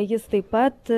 jis taip pat